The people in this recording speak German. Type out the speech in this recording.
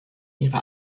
ihre